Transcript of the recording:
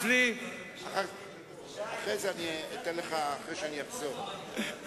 לא ניתן לבזות את